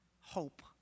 hope